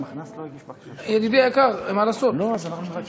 המחנ"צ לא הגיש, ידידי היקר, אין מה לעשות.